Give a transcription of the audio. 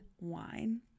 wine